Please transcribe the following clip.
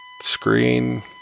screen